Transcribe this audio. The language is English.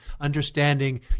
understanding